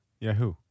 Yahoo